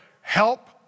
Help